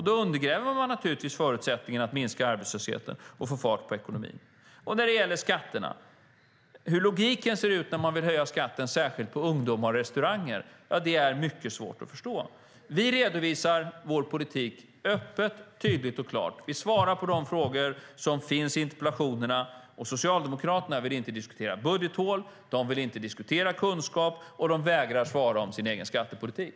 Då undergräver man naturligtvis förutsättningarna för att minska arbetslösheten och få fart på ekonomin. Så är det skatterna. Hur logiken är när man vill höja skatten särskilt för ungdomar och restauranger är mycket svårt att förstå. Vi redovisar vår politik öppet, tydligt och klart. Vi svarar på de frågor som finns i interpellationerna. Socialdemokraterna vill inte diskutera budgethål. De vill inte diskutera kunskap, och de vägrar att svara om sin egen skattepolitik.